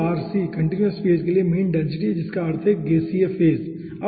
और continuous phase के लिए मीन डेंसिटी है जिसका अर्थ है एक गैसीय फेज ठीक है